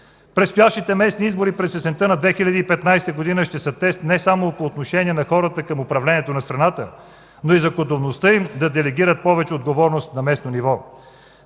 Предстоящите местни избори през есента на 2015 г. ще са тест не само за отношението на хората към управлението на страната, но и за готовността им да делегират повече отговорност на местно ниво.